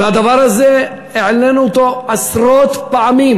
והדבר הזה, העלינו אותו עשרות פעמים.